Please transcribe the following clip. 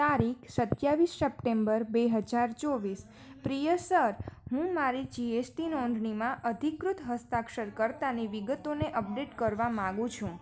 તારીખ સત્યાવીસ સપ્ટેમ્બર બે હજાર ચોવીસ પ્રિય સર હું મારી જીએસટી નોંધણીમાં અધિકૃત હસ્તાક્ષર કર્તાની વિગતોને અપડેટ કરવા માંગુ છું